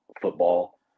football